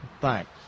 Thanks